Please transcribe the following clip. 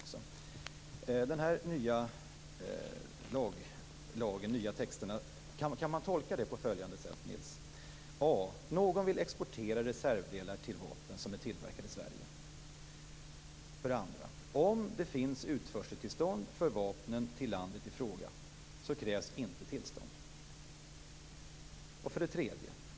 Kan man tolka den nya lagen på följande sätt? Någon vill exportera reservdelar till vapen som är tillverkade i Sverige. Om det finns utförseltillstånd för vapnen till landet i fråga krävs inte tillstånd.